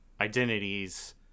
identities